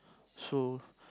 so